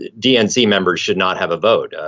dnc members should not have a vote.